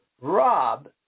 rob